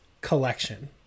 collection